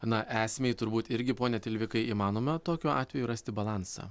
na esmei turbūt irgi pone tilvikai įmanoma tokiu atveju rasti balansą